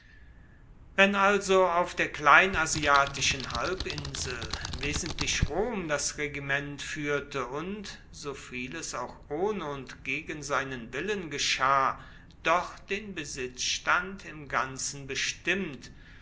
wenn also auf der kleinasiatischen halbinsel wesentlich rom das regiment führte und so vieles auch ohne und gegen seinen willen geschah doch den besitzstand im ganzen bestimmt